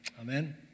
Amen